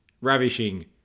ravishing